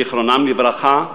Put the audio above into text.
זיכרונם לברכה,